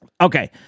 Okay